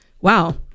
Wow